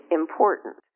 important